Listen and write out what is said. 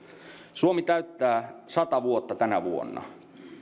suomi täyttää sata vuotta tänä vuonna